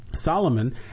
Solomon